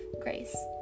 grace